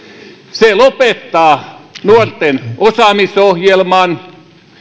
se lopettaa nuorten osaamisohjelman